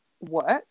works